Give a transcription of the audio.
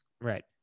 Right